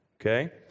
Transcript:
okay